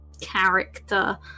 character